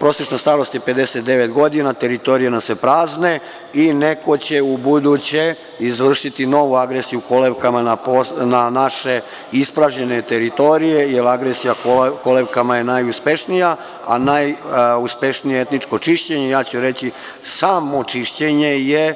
Prosečna starost je gotovo 59 godina, teritorije nam se prazne i neko će ubuduće izvršiti novu agresiju u kolevkama na naše ispražnjene teritorije, jer agresija kolevkama je najuspešnija, a najuspešnije etničko čišćenje, ja ću reći samočišćenje, je